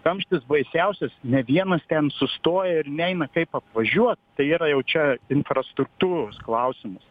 kamštis baisiausias ne vienas ten sustoja ir neina kaip apvažiuot tai yra jau čia infrastruktūros klausimas